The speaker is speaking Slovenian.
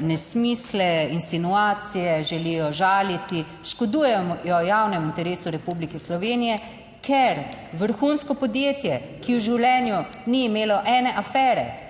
nesmisle, insinuacije, želijo žaliti, škodujejo javnemu interesu Republike Slovenije, ker vrhunsko podjetje, ki v življenju ni imelo ene afere,